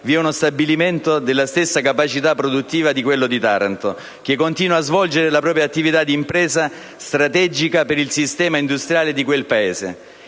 vi è uno stabilimento della stessa capacità produttiva di quello di Taranto, che continua a svolgere la propria attività d'impresa strategica per il sistema industriale di quel Paese.